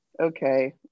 okay